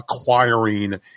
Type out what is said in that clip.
acquiring